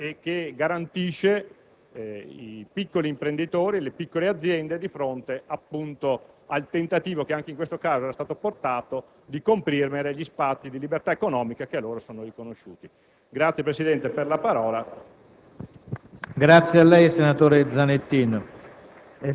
soluzione equilibrata, che tutela e che garantisce i piccoli imprenditori, le piccole aziende, di fronte al tentativo che anche in questo caso era stato operato di comprimere gli spazi di libertà economica che sono loro riconosciuti. *(Applausi dal Gruppo*